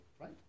right